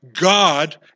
God